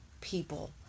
people